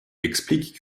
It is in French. explique